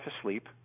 asleep